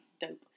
dope